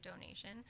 donation